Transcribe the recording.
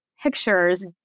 pictures